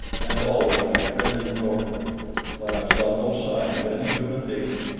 and always i trended northward but i saw no sign of any human being,